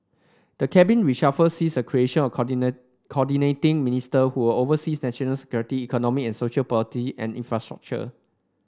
the Cabinet reshuffle sees the creation of Coordinating Ministers who will oversee national security economic and social policy and infrastructure